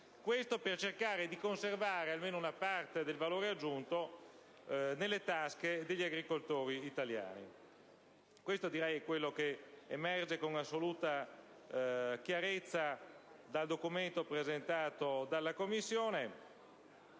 Questo, per cercare di conservare almeno una parte del valore aggiunto nelle tasche degli agricoltori italiani. Questo è ciò che emerge con assoluta chiarezza dal documento presentato dalla Commissione.